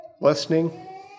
listening